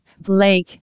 Blake